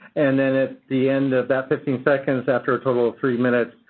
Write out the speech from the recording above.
and then at the end of that fifteen seconds, after a total of three minutes,